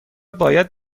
باید